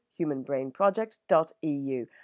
humanbrainproject.eu